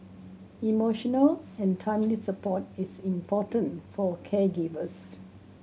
emotional and timely support is important for caregivers